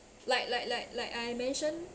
like like like like I mention